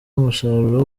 umusaruro